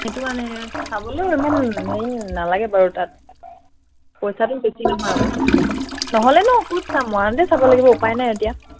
সেইটো কাৰণে চাবলৈ ইমান হে নালাগে বাৰু তাত পইচাটো বেছি নহয় আকৌ নহ'লেনো ক'ত চাম মৰাণতে চাব লাগিব উপায় নাই এতিয়া